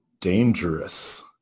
dangerous